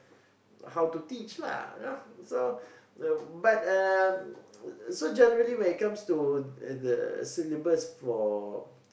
how to teach lah yeah so the but uh so generally when it comes to uh the syllabus for